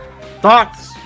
Thoughts